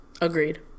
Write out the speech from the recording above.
Agreed